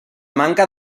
manca